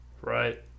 Right